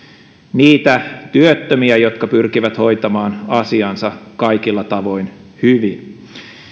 niitä työttömiä jotka pyrkivät hoitamaan asiansa kaikilla tavoin hyvin